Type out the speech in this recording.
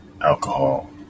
alcohol